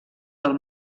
del